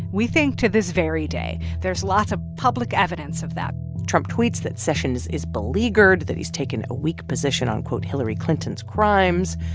we think, to this very day. there's lots of public evidence of that trump tweets that sessions is beleaguered, that he's taken a weak position on, quote, hillary clinton's crimes.